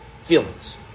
feelings